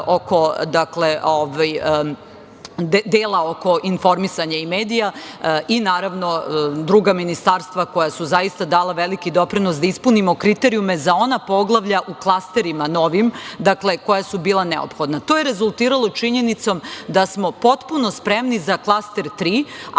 oko dela za informisanje i medije i, naravno, druga ministarstva koja su zaista dala veliki doprinos da ispunimo kriterijume za ona poglavlja u klasterima novim koja su bila neophodna. To je rezultiralo činjenicom da smo potpuno spremni za klaster 2,